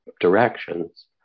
directions